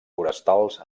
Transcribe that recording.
forestals